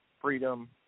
freedom